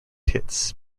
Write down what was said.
hits